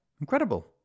Incredible